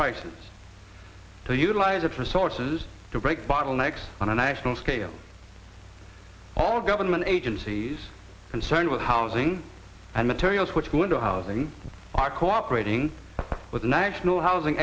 prices to utilise its resources to break bottlenecks on a national scale all government agencies concerned with housing and materials which go into housing are cooperating with national housing